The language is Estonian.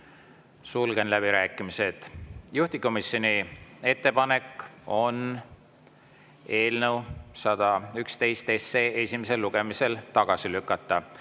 Sulgen läbirääkimised. Juhtivkomisjoni ettepanek on eelnõu 111 esimesel lugemisel tagasi lükata.